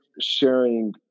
sharing